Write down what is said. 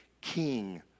king